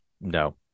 no